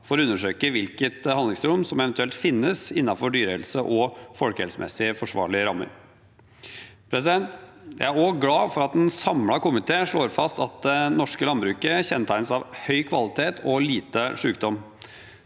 for å undersøke hvilket handlingsrom som eventuelt finnes innenfor forsvarlige rammer for å trygge dyrehelsen og folkehelsen. Jeg er også glad for at en samlet komité slår fast at det norske landbruket kjennetegnes av høy kvalitet og lite sykdom.